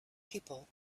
people